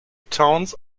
towns